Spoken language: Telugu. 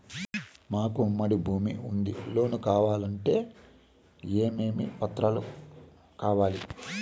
మాకు ఉమ్మడి భూమి ఉంది లోను కావాలంటే ఏమేమి పత్రాలు కావాలి?